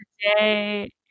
today